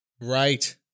Right